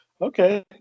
okay